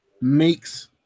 makes